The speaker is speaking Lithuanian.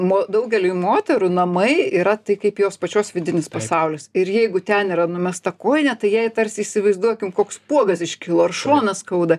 mo daugeliui moterų namai yra tai kaip jos pačios vidinis pasaulis ir jeigu ten yra numesta kojinė tai jai tarsi įsivaizduokim koks spuogas iškilo ar šoną skauda